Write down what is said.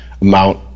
amount